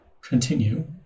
continue